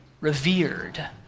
revered